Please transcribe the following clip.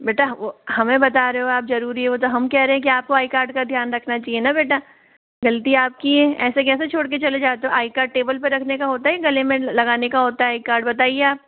बेटा वो हमें बता रहे हो आप जरूरी है वो तो हम कह रहे है आपको आई कार्ड का ध्यान रखना चाहिए ना बेटा गलती आपकी है ऐसे कैसे छोड़ के चले जाते हो आई कार्ड टेबल पर रखने का होता है गले में लगाने का होता है आई कार्ड बताइए आप